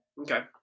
Okay